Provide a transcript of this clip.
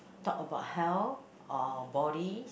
talk about health or body